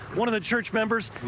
one of the church members.